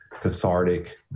cathartic